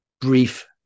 brief